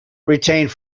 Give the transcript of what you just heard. retained